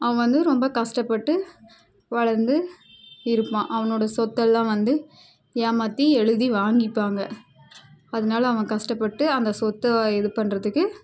அவன் வந்து ரொம்ப கஷ்டப்பட்டு வளர்ந்து இருப்பான் அவனோடய சொத்தெல்லாம் வந்து ஏமாற்றி எழுதி வாங்கிப்பாங்க அதனால அவன் கஷ்டப்பட்டு அந்த சொத்தை இது பண்ணுறதுக்கு